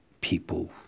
people